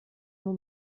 nur